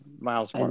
miles